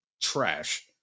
trash